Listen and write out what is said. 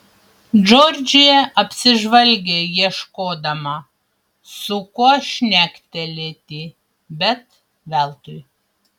džordžija apsižvalgė ieškodama su kuo šnektelėti bet veltui